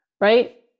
Right